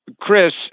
Chris